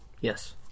Yes